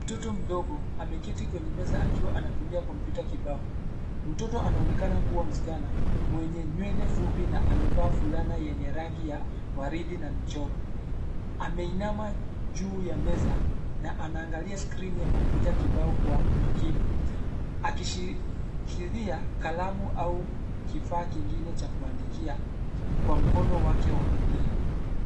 Mtoto mdogo ameketi kwenye meza akiwa anatumia kompyuta kibao. Mtoto anaonekana kuwa msichana mwenye nywele fupi na amevaa fulana yenye rangi ya waridi na michoro. Ameinama juu ya meza na anaangalia skrini ya kompyuta kibao kwa umakini. Akishikilia kalamu au kifaa kingine cha kuandika kwa mkono wake wa kulia.